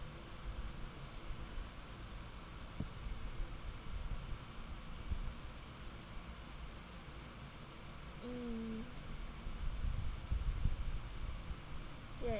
mm yeah